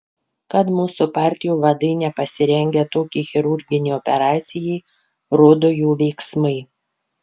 kad mūsų partijų vadai nepasirengę tokiai chirurginei operacijai rodo jų veiksmai